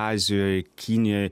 azijoj kinijoj